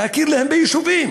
להכיר להם ביישובים?